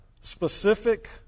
specific